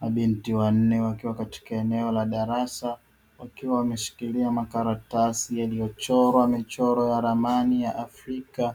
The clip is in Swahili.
Mabinti wanne wakiwa katika eneo la darasa wakiwa wameshikilia makaratasi yaliyochorwa michoro ya ramani ya Afrika,